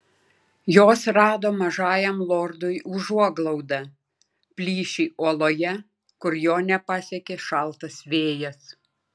jos rado mažajam lordui užuoglaudą plyšį uoloje kur jo nepasiekė šaltas vėjas